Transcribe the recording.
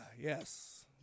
Yes